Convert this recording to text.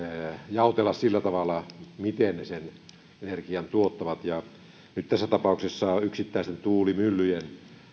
jaotella sillä tavalla miten ne sen energian tuottavat ja nyt tässä tapauksessa yksittäisten tuulimyllyjen